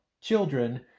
children